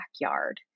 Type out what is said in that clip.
backyard